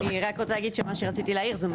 אני רק רוצה להגיד שמה שרציתי להעיר זה,